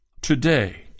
Today